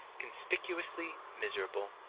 conspicuously miserable.